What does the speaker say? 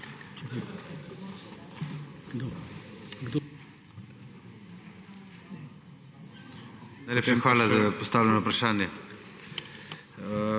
hvala za postavljeno vprašanje.